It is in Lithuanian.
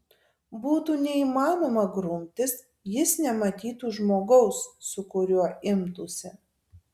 būtų neįmanoma grumtis jis nematytų žmogaus su kuriuo imtųsi